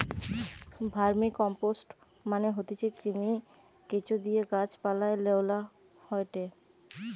vermicompost মানে হতিছে কৃমি, কেঁচোদিয়ে গাছ পালায় লেওয়া হয়টে